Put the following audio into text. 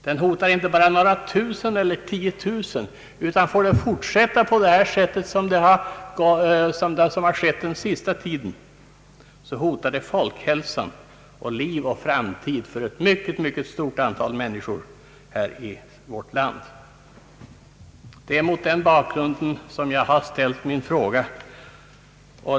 Den hotar inte bara några tusen eller tiotusen, utan får det fortsätta på det sätt som skett den senaste tiden, hotar den folkhälsan och liv och framtid för ett mycket stort antal människor i vårt land. Det är mot den bakgrunden som jag har ställt min fråga.